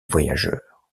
voyageurs